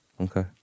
Okay